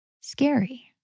scary